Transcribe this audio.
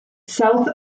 south